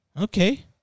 okay